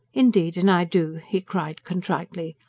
indeed and i do! he cried contritely.